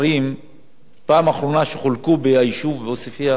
הפעם האחרונה שחולקו ביישוב עוספיא היתה בשנת